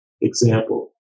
example